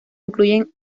incluyen